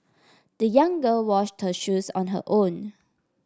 the young girl washed her shoes on her own